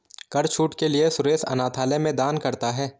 कर छूट के लिए सुरेश अनाथालय में दान करता है